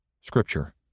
Scripture